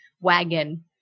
wagon